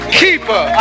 keeper